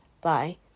Bye